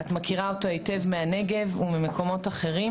את מכירה אותו היטב מהנגב ומקומות אחרים